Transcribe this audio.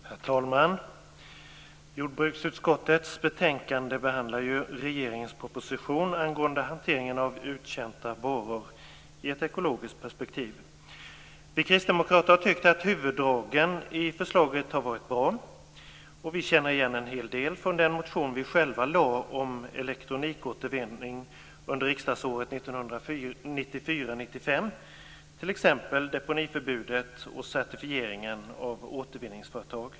Herr talman! Jordbruksutskottets betänkande behandlar regeringens proposition angående hanteringen av uttjänta varor i ett ekologiskt perspektiv. Vi kristdemokrater har tyckt att huvuddragen i förslaget har varit bra. Vi känner igen en hel del från den motion vi själva lade fram om elektronikåtervinning under riksdagsåret 1994/95, t.ex. deponiförbudet och certifieringen av återvinningsföretag.